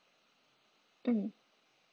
mm